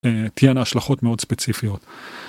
תהיינה השלכות מאוד ספציפיות.